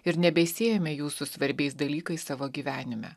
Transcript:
ir nebesiejame jų su svarbiais dalykais savo gyvenime